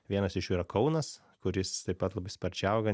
vienas iš jų yra kaunas kuris taip pat labai sparčiai auga